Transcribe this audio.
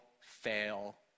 fail